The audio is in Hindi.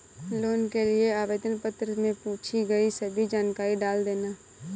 लोन के लिए आवेदन पत्र में पूछी गई सभी जानकारी डाल देना